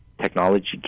technology